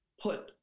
put